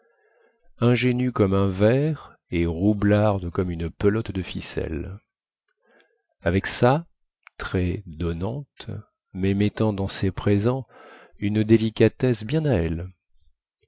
ingénue comme un ver et roublarde comme une pelote de ficelle avec ça très donnante mais mettant dans ses présents une délicatesse bien à elle